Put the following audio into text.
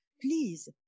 Please